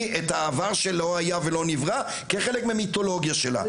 את העבר שלא היה ולא נברא כחלק מהמיתולוגיה שלה.